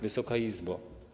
Wysoka Izbo!